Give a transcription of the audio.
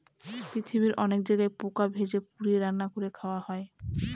পৃথিবীর অনেক জায়গায় পোকা ভেজে, পুড়িয়ে, রান্না করে খাওয়া হয়